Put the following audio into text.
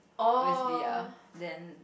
with the ah then